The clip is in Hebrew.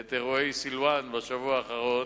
את רועי סילואן בשבוע האחרון.